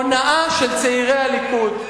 הונאה של צעירי הליכוד.